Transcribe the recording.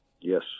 Yes